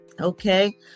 Okay